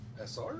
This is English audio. SR